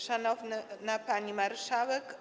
Szanowna Pani Marszałek!